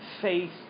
faith